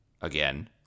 Again